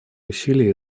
усилия